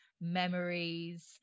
memories